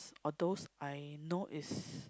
or those I know is